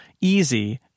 easy